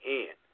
end